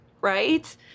Right